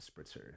spritzer